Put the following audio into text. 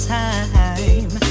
time